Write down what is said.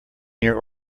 your